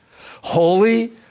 holy